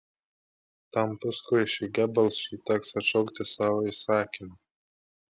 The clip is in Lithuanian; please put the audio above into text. tam puskvaišiui gebelsui teks atšaukti savo įsakymą